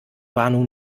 warnung